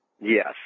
Yes